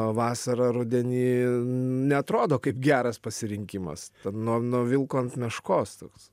vasarą rudenį neatrodo kaip geras pasirinkimas nuo nuo vilko ant meškos toks